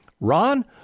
ron